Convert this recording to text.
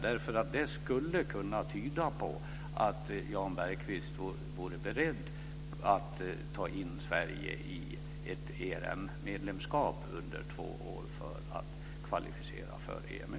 Det skulle kunna tyda på att Jan Bergqvist vore beredd att ta in Sverige i ett ERM-medlemskap under två år för att kvalificera för EMU.